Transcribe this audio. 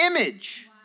image